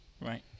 Right